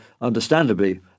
understandably